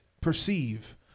perceive